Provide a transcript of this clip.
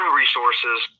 resources